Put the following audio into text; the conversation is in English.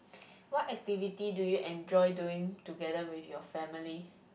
what activity do you enjoy doing together with your family